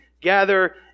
gather